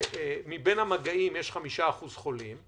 שמבין המגעים יש 5% חולים,